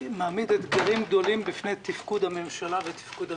מעמיד אתגרים גדולים בפני תפקוד הממשלה ותפקוד המשרדים.